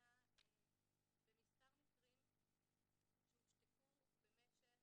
לאחרונה במספר מקרים שהושתקו במשך